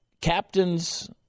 captains